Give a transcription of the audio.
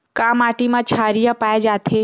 का माटी मा क्षारीय पाए जाथे?